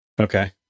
Okay